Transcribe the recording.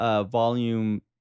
Volume